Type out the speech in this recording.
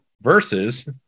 versus